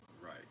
Right